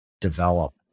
develop